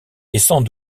sans